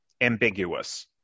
ambiguous